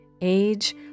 age